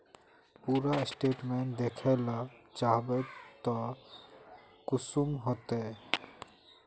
पूरा स्टेटमेंट देखला चाहबे तो कुंसम होते?